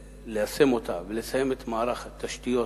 ליישם אותה ולסיים את מערך התשתיות,